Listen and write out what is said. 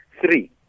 Three